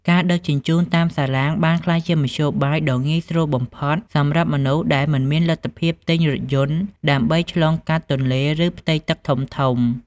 ការដឹកជញ្ជូនតាមសាឡាងបានក្លាយជាមធ្យោបាយដ៏ងាយស្រួលបំផុតសម្រាប់មនុស្សដែលមិនមានលទ្ធភាពទិញរថយន្តដើម្បីឆ្លងកាត់ទន្លេឬផ្ទៃទឹកធំៗ។